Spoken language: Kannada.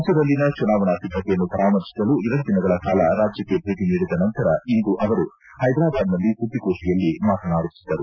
ರಾಜ್ಯದಲ್ಲಿನ ಚುನಾವಣಾ ಸಿದ್ದತೆಯನ್ನು ಪರಾಮರ್ಶಿಸಲು ಎರಡು ದಿನಗಳ ಕಾಲ ರಾಜ್ವಕ್ಕೆ ಭೇಟಿ ನೀಡಿದ ನಂತರ ಇಂದು ಅವರು ಹೈದ್ರಾಬಾದ್ನಲ್ಲಿ ಸುದ್ದಿಗೋಷ್ಠಿಯಲ್ಲಿ ಮಾತನಾಡುತ್ತಿದ್ದರು